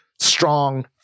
strong